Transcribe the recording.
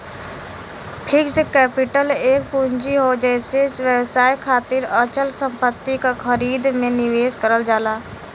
fixed capital एक पूंजी हौ जेसे व्यवसाय खातिर अचल संपत्ति क खरीद में निवेश करल जाला